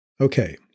Okay